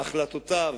בהחלטותיו,